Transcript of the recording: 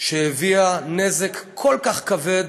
שהביאה נזק כל כך כבד